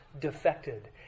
defected